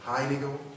Heiligung